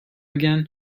again